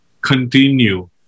continue